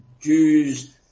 Jews